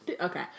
Okay